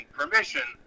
permission